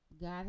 God